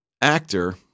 actor